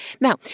Now